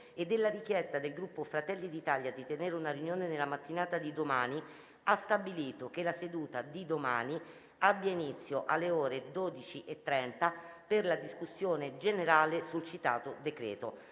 e della richiesta del Gruppo Fratelli d'Italia di tenere una riunione nella mattinata di domani, ha stabilito che la seduta di domani abbia inizio alle ore 12,30 per la discussione generale sul citato decreto-legge.